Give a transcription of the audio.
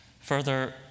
Further